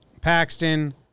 Paxton